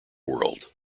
world